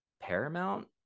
Paramount